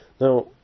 Now